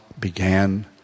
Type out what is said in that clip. began